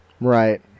Right